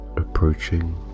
approaching